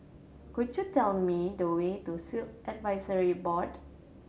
could you tell me the way to Sikh Advisory Board